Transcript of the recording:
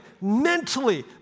mentally